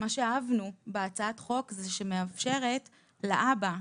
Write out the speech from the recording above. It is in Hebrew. מה שאהבנו בהצעת החוק שהיא מאפשרת לאבא.